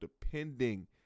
depending